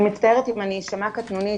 אני מצטערת אם אשמע קטנונית,